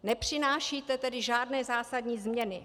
Nepřinášíte tedy žádné zásadní změny.